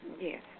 Yes